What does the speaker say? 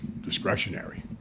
discretionary